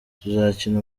tuzakina